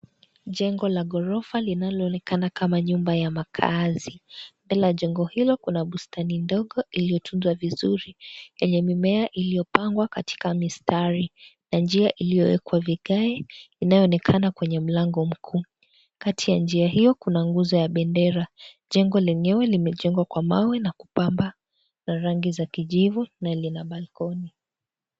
Jengo la gorofa linaloonekana kama nyumba ya makaazi, mbele ya jengo hilo kuna bustani ndogo iliyotundwa vizuri yenye mimea iliyopandwa katika misitari na njia iliyowekwa vikai inayoonekana kwenye mlango mkuu kati ya njia hiyo kuna nguzo ya bendera jengo lenyewe limejengwa kwa mawe na kupamba na rangi ya kijivu na lina balkoni.